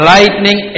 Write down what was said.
Lightning